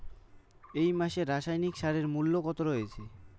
এই মাসে রাসায়নিক সারের মূল্য কত রয়েছে?